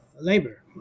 labor